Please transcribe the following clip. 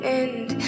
end